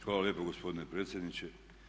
Hvala lijepa gospodine predsjedniče.